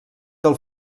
del